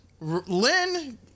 Lynn